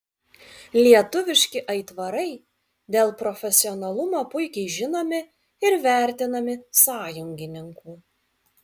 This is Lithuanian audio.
lietuviški aitvarai dėl profesionalumo puikiai žinomi ir vertinami sąjungininkų